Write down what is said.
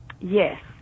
Yes